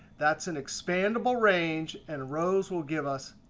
that's an expandable range and rows will give us,